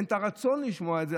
אין את הרצון לשמוע את זה,